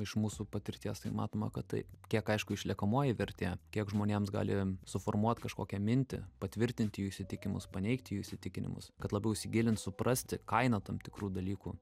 iš mūsų patirties tai matoma kad taip kiek aišku išliekamoji vertė kiek žmonėms gali suformuot kažkokią mintį patvirtinti jų įsitikinimus paneigti jų įsitikinimus kad labiau įsigilint suprasti kainą tam tikrų dalykų